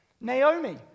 Naomi